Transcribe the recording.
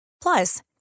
Plus